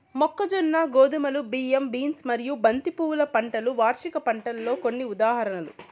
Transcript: మొక్కజొన్న, గోధుమలు, బియ్యం, బీన్స్ మరియు బంతి పువ్వుల పంటలు వార్షిక పంటలకు కొన్ని ఉదాహరణలు